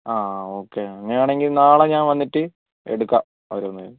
ആ ഓക്കേ അങ്ങനെ ആണെങ്കിൽ നാളെ ഞാൻ വന്നിട്ട് എടുക്കാം ഓരോന്നായി